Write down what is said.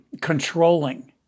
controlling